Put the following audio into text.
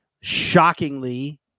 shockingly –